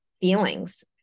feelings